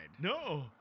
No